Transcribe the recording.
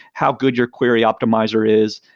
how good your query optimizer is,